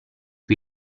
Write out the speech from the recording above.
cui